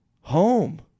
home